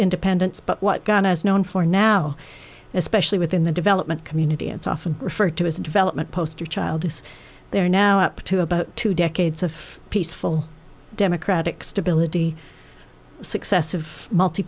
independence but what god has known for now especially within the development community it's often referred to as a development poster child as they are now up to about two decades of peaceful democratic stability successive multi